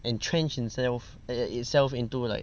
entrenched himself eh eh itself into like